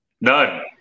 None